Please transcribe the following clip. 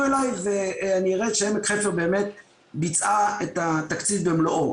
אליי ואני אראה שעמק חפר באמת ביצעה את התקציב במלואו.